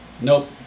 Nope